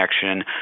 connection